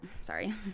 Sorry